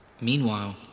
Meanwhile